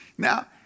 Now